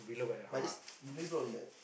but just the next block only what